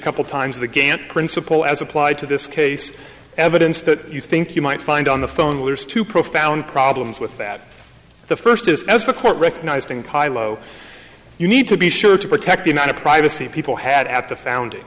couple times the gant principle as applied to this case evidence that you think you might find on the phone was too profound problems with that the first is the court recognizing pile o you need to be sure to protect the amount of privacy people had at the found